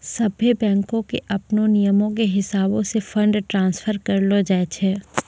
सभ्भे बैंको के अपनो नियमो के हिसाबैं से फंड ट्रांस्फर करलो जाय छै